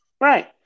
Right